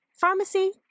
pharmacy